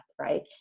Right